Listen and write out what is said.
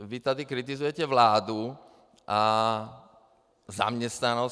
Vy tady kritizujete vládu, zaměstnanost.